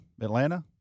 Atlanta